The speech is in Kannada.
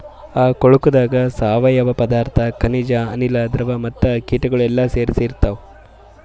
ಆ ಕೊಳುಕದಾಗ್ ಸಾವಯವ ಪದಾರ್ಥ, ಖನಿಜ, ಅನಿಲ, ದ್ರವ ಮತ್ತ ಕೀಟಗೊಳ್ ಎಲ್ಲಾ ಸೇರಿಸಿ ಇರ್ತಾವ್